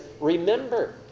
remember